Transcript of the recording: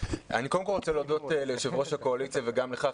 אני קודם כל רוצה להודות ליושב-ראש הקואליציה וגם לך,